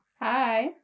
Hi